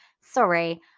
sorry